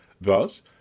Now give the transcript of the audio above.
Thus